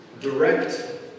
direct